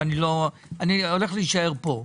אני הולך להישאר פה.